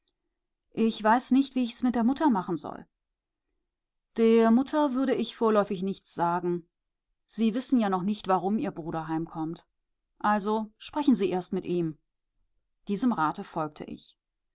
ich weiß nicht wie ich's mit der mutter machen soll der mutter würde ich vorläufig nichts sagen sie wissen ja noch nicht warum ihr bruder heimkommt also sprechen sie erst mit ihm diesem rate folgte ich